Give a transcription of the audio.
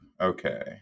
Okay